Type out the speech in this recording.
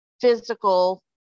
physical